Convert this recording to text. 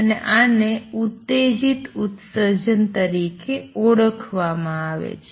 અને આને ઉત્તેજિત ઉત્સર્જન તરીકે ઓળખવામાં આવે છે